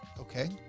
Okay